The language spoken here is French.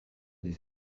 des